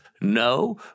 No